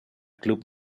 club